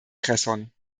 cresson